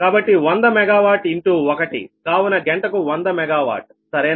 కాబట్టి వంద megawatt into 1 కావున గంటకు 100 మెగావాట్ సరేన